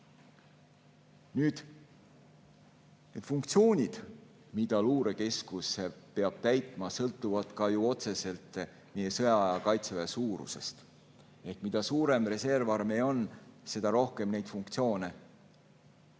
Need funktsioonid, mida luurekeskus peab täitma, sõltuvad otseselt sõjaaja Kaitseväe suurusest. Mida suurem reservarmee on, seda rohkem funktsioone